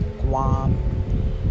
guam